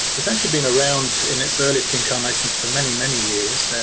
its actually been around in its earlierst incaranations for many many years.